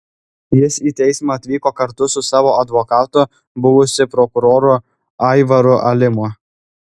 jis į teismą atvyko kartu su savo advokatu buvusiu prokuroru aivaru alimu